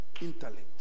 Intellect